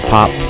Pop